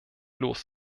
los